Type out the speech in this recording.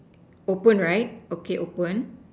open right okay open